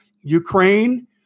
Ukraine